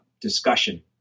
discussion